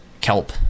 kelp